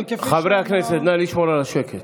אבל כפי שנאמר, חברי הכנסת, נא לשמור על השקט.